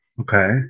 Okay